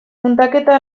muntaketa